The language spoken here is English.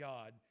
God